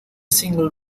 single